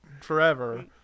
forever